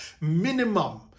minimum